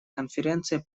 конференции